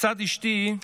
מצד אשתי,